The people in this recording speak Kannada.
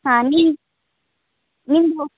ಹಾಂ ನೀ ನಿಮಗೂ